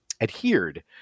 adhered